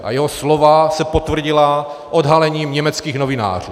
A jeho slova se potvrdila odhalením německých novinářů.